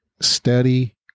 Steady